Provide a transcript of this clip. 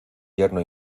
yerno